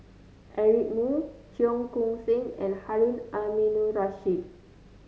Eric Moo Cheong Koon Seng and Harun Aminurrashid